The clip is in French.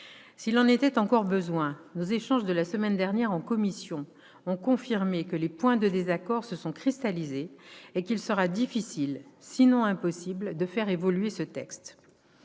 S'il en était encore besoin, nos échanges de la semaine dernière en commission ont confirmé que les points de désaccord se sont cristallisés et qu'il sera difficile, sinon impossible, de faire encore évoluer le texte.